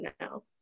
now